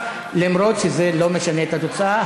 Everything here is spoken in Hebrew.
אומנם זה לא משנה את התוצאה,